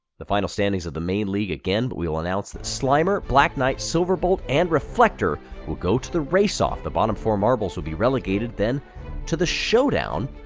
the final standings of the main league again, but we will announce that slimer, black knight, silver bolt and reflektor will go to the race-off. the bottom four marbles will be relegated then to the showdown,